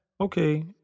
Okay